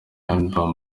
album